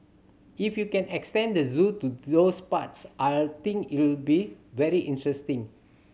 if you can extend the zoo to those parts I think it'll be very interesting